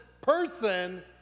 person